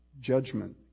judgment